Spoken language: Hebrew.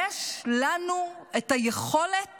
יש לנו את היכולת